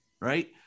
right